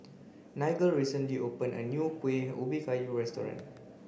Nigel recently opened a new Kueh Ubi Kayu restaurant